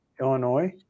Illinois